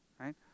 right